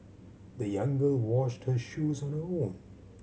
the young girl washed her shoes on her own